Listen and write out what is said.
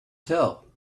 tell